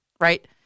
right